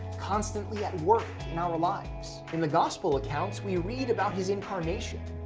constantly at work in our lives. in the gospel accounts, we read about his incarnation,